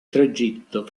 tragitto